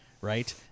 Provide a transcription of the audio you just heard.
right